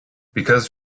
because